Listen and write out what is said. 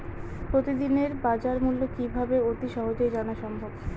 প্রতিদিনের বাজারমূল্য কিভাবে অতি সহজেই জানা সম্ভব?